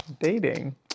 dating